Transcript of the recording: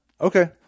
Okay